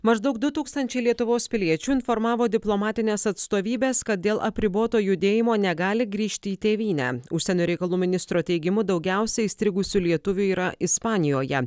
maždaug du tūkstančiai lietuvos piliečių informavo diplomatines atstovybes kad dėl apriboto judėjimo negali grįžti į tėvynę užsienio reikalų ministro teigimu daugiausia įstrigusių lietuvių yra ispanijoje